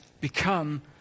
become